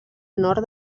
nord